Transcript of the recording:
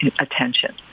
attention